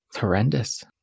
Horrendous